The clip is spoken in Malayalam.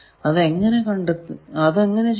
അത് എങ്ങനെ ചെയ്യും